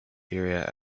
area